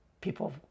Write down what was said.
people